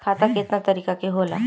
खाता केतना तरीका के होला?